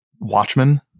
Watchmen